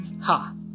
Ha